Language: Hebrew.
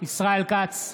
ישראל כץ,